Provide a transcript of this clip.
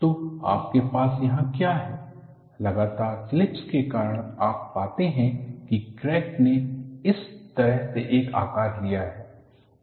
तो आपके पास यहां क्या है लगातार स्लिप्स के कारण आप पाते हैं कि क्रैक ने इस तरह से एक आकार लिया है